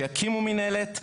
שיקימו מינהלת,